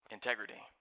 Integrity